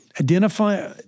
Identify